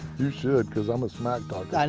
you should because i'm a smack talker.